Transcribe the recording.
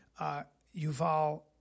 Yuval